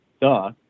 duh